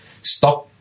stop